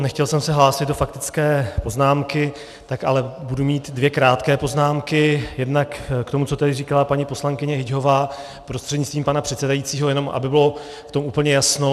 Nechtěl jsem se hlásit do faktické poznámky, tak ale budu mít dvě krátké poznámky jednak k tomu, co tady říkala paní poslankyně Hyťhová prostřednictvím předsedajícího, jenom aby v tom bylo úplně jasno.